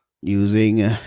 using